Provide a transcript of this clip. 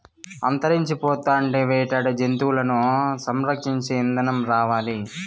అంతరించిపోతాండే వేటాడే జంతువులను సంరక్షించే ఇదానం రావాలి